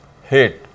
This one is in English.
hate